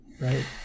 right